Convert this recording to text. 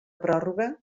pròrroga